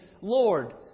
Lord